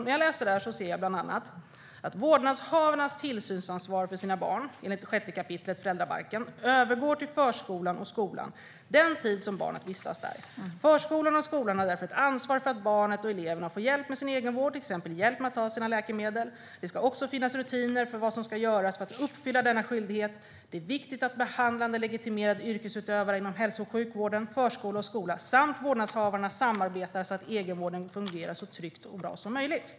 När jag läser där ser jag bland annat att det står: "Vårdnadshavarnas tillsynsansvar för sina barn, enligt 6 kap. föräldrabalken, övergår till förskolan och skolan den tid som barnet vistas där. Förskolan och skolan har därför ett ansvar för att barnen och eleverna får hjälp med sin egenvård, t.ex. hjälp med att ta sina läkemedel. Det ska också finnas rutiner för vad som ska göras för att uppfylla denna skyldighet. Det är viktigt att behandlande legitimerad yrkesutövare inom hälso och sjukvården, förskola och skola samt vårdnadshavarna samarbetar så att egenvården fungerar så tryggt och bra som möjligt."